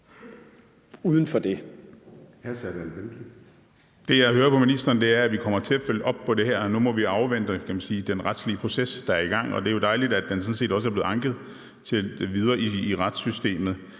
uden for det.